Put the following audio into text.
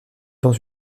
dans